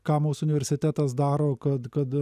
ką mūsų universitetas daro kad kad